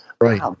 Right